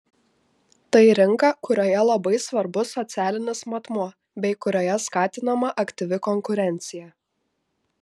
tai rinka kurioje labai svarbus socialinis matmuo bei kurioje skatinama aktyvi konkurencija